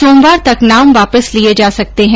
सोमवार तक नाम वापस लिए जा सकते हैं